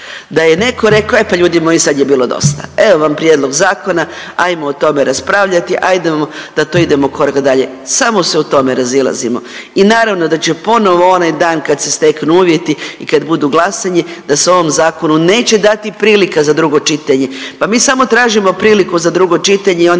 da je neko reko, e pa ljudi moji sad je bilo dosta, evo vam prijedlog zakona, ajmo o tome raspravljati ajde da to idemo krak dalje, samo se u tome razilazimo. I naravno da će ponovo onaj dan kad se steknu uvjeti i kad budu glasanje da se ovom zakonu neće dati prilika za drugo čitanje. Pa mi samo tražimo priliku za drugo čitanje i onda